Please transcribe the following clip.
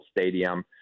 Stadium